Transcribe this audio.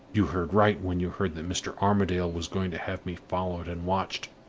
you heard right when you heard that mr. armadale was going to have me followed and watched.